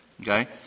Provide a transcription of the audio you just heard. okay